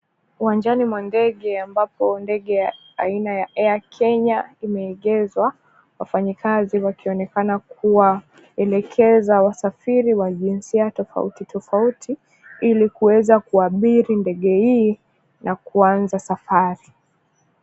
Uwanjani mwa ndege ambapo ndege aina ya air Kenya imeegezwa , wafanyikazi wakionekana kuwaelekeza wasafiri wa jinsia tofauti tofauti ilikuweza kuabiri ndege hii na kuanza safari.